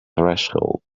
threshold